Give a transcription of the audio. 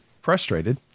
Frustrated